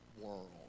world